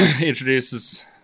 introduces